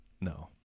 No